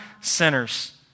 sinners